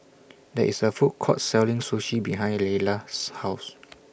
There IS A Food Court Selling Sushi behind Layla's House